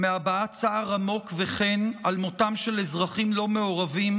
מהבעת צער עמוק וכן על מותם של אזרחים לא מעורבים,